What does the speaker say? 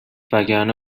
وگرنه